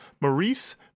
Maurice